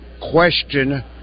question